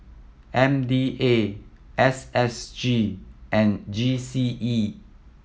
M D A S S G and G C E